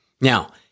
Now